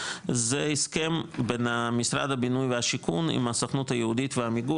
זה הסכם בין משרד הבינוי והשיכון עם הסוכנות היהודית ועמיגור,